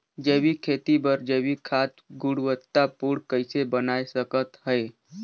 जैविक खेती बर जैविक खाद गुणवत्ता पूर्ण कइसे बनाय सकत हैं?